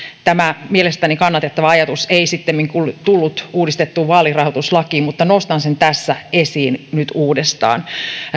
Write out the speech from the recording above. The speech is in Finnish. tämä mielestäni kannatettava ajatus ei sittemmin tullut uudistettuun vaalirahoituslakiin mutta nostan sen tässä esiin nyt uudestaan